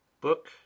Book